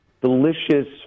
delicious